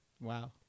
Wow